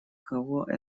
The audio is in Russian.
кого